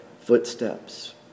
footsteps